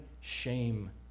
shame